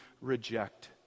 reject